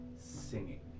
singing